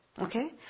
Okay